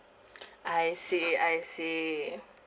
I see I see